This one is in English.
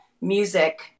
music